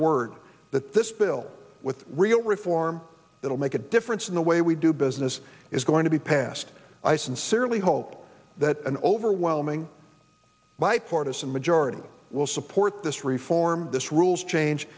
word that this bill with real reform that will make a difference in the way we do business is going to be passed i sincerely hope that an overwhelming bipartisan majority will support this reform this rules change